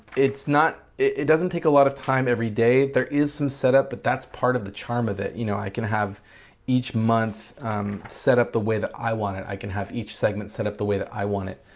it's not, it doesn't take a lot of time every day there is some setup but that's part of the charm of it you know i can have each month set up the way that i want it. i can have each segment set up the way that i want it,